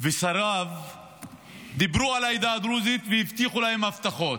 ושריו דיברו על העדה הדרוזית והבטיחו להם הבטחות.